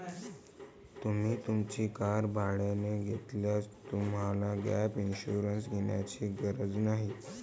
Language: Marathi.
तुम्ही तुमची कार भाड्याने घेतल्यास तुम्हाला गॅप इन्शुरन्स घेण्याची गरज नाही